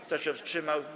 Kto się wstrzymał?